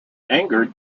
angered